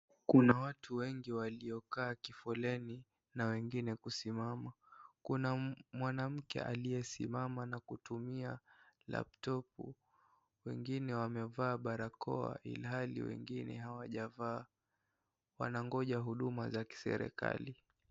Kuna watu wengi waliokaa kifoleni na wengine kusimama. Kuna mwanamke aliyesimama na kutumia laptopu , wengine wamevaa barakoa ilhali wengine hawajavaa. Wanangoja huduma za kiserikali.